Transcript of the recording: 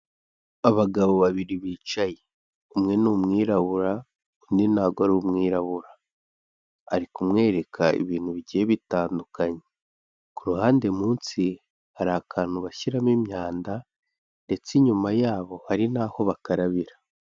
Abagabo babiri bicaye, umwe ni umwirabura undi ntabwo ari umwirabura, ari kumwereka ibintu bigiye bitandukanye, ku ruhande munsi hari akantu bashyiramo imyanda ndetse inyuma yabo hari n'aho bakarabira.